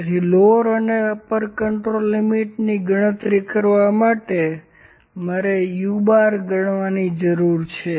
તેથી લોવર અને upper control લિમિટની ગણતરી કરવા માટે મારે u¯ગણવાની જરૂર છે